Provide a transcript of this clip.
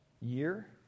year